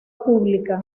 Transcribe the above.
pública